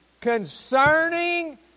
Concerning